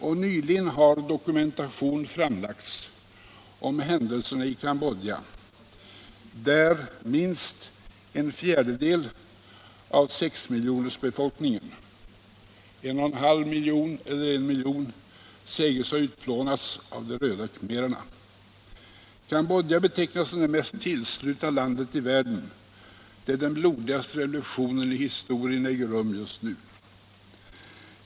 Och nyligen har dokumentation framlagts om händelserna i Cambodja, där minst en fjärdedel av befolkningen på 6 miljoner — en och halv till 2 miljoner — sägs ha utplånats av de röda khmererna. Cambodja betecknas som det mest tillslutna landet i världen, där den blodigaste revolutionen i historien äger rum just nu.